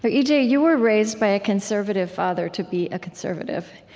but e j, you were raised by a conservative father to be a conservative,